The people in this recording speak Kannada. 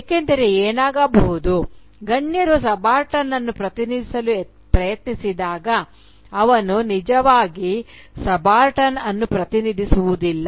ಏಕೆಂದರೆ ಏನಾಗಬಹುದು ಗಣ್ಯರು ಸಬಾಲ್ಟರ್ನ್ ಅನ್ನು ಪ್ರತಿನಿಧಿಸಲು ಪ್ರಯತ್ನಿಸಿದಾಗ ಅವನು ನಿಜವಾಗಿ ಸಬಾಲ್ಟರ್ನ್ ಅನ್ನು ಪ್ರತಿನಿಧಿಸುವುದಿಲ್ಲ